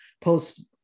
post